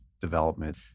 development